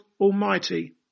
Almighty